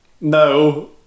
No